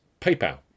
PayPal